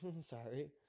Sorry